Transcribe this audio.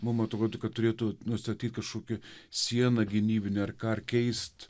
mum atrodo kad turėtų nustatyt kažkokį sieną gynybinę ar ką ar keist